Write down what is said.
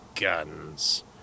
guns